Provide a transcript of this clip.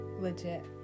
legit